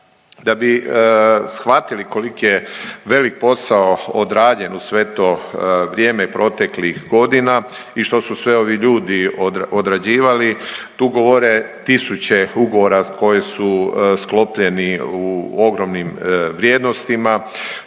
Da bi shvatili koliki je velik posao odrađen u sve to vrijeme proteklih godina i što su sve ovi ljudi odrađivali tu govore tisuće ugovora koje su sklopljeni u ogromnim vrijednostima,